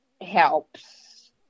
helps